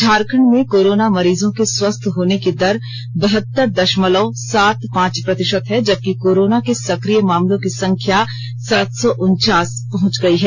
झारखंड में कोरोना मरीजों के स्वस्थ होने की दर बहतर दशमलव सात पांच प्रतिशत है जबकि कोरोना के सक्रिय मामलों की संख्या सात सौ उनचास पहुंच गयी है